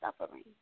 suffering